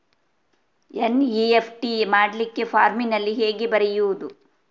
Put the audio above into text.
NEFT ಮಾಡ್ಲಿಕ್ಕೆ ಫಾರ್ಮಿನಲ್ಲಿ ಹೇಗೆ ಬರೆಯುವುದು?